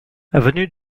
avenue